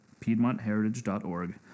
PiedmontHeritage.org